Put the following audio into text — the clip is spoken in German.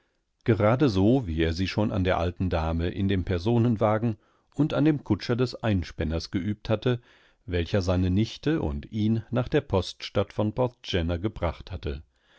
gerade so wie er sie schon an der alten dame in dem personenwagen und an dem kutscher des einspänners geübt hatte welcher seine nichte und ihn nach der poststadt von porthgenna gebracht hatte